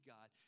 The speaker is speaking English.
God